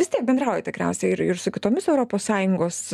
vis tiek bendraujat tikriausiai ir su kitomis europos sąjungos